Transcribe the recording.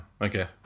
Okay